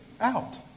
out